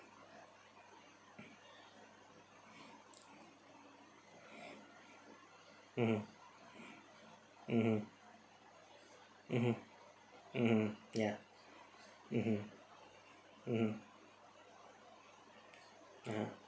mmhmm mmhmm mmhmm mmhmm ya mmhmm mmhmm mmhmm